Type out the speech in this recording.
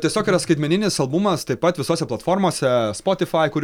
tiesiog yra skaitmeninis albumas taip pat visose platformose spotifai kur